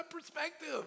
perspective